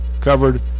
covered